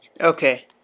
Okay